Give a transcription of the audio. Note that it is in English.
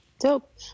Dope